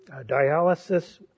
dialysis